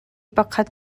pakhat